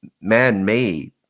man-made